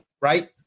Right